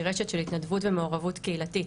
רשת של התנדבות ומעורבות קהילתית,